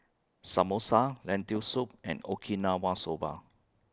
Samosa Lentil Soup and Okinawa Soba